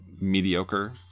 mediocre